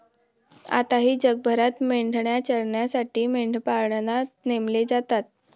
आताही जगभरात मेंढ्या चरण्यासाठी मेंढपाळांना नेमले जातात